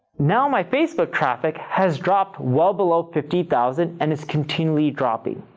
now my facebook traffic has dropped well below fifty thousand and is continually dropping.